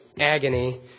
agony